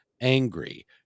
angry